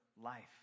life